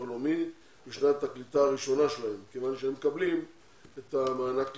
לאומי בשנת הקליטה הראשונה שלהם כיוון שהם מקבלים את מענק הקליטה,